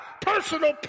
personal